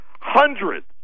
Hundreds